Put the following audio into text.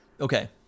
Okay